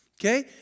okay